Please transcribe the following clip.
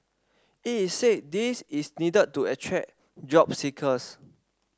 it is say this is needed to attract job seekers